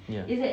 ya